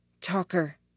Talker